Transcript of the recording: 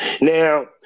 now